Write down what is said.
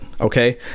Okay